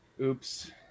oops